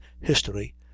history